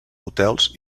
hotels